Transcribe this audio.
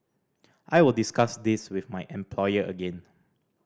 I will discuss this with my employer again